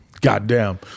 Goddamn